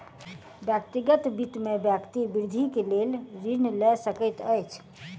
व्यक्तिगत वित्त में व्यक्ति वृद्धि के लेल ऋण लय सकैत अछि